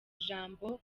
ijambo